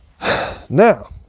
Now